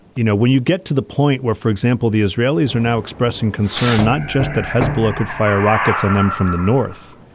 you know, when you get to the point where, for example, the israelis are now expressing concern not just that hezbollah could fire rockets on them from the north,